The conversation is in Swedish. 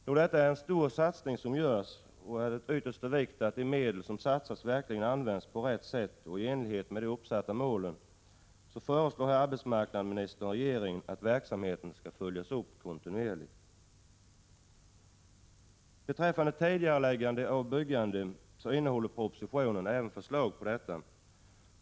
Då det är en stor satsning som görs och då det är av yttersta vikt att de medel som satsas verkligen används på rätt sätt och i enlighet med de uppsatta målen, föreslår arbetsmarknadsministern regeringen att verksamheten skall följas upp kontinuerligt. Propositionen innehåller förslag om tidigareläggande av byggande.